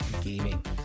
gaming